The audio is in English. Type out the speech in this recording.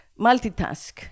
multitask